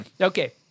Okay